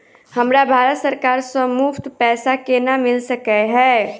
हमरा भारत सरकार सँ मुफ्त पैसा केना मिल सकै है?